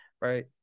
Right